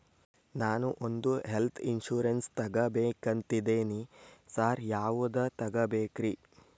ನಾನ್ ಒಂದ್ health insurance ತಗಬೇಕಂತಿದೇನಿ sir ಯಾವದ ತಗಬೇಕ್ರಿ?